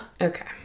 Okay